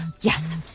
Yes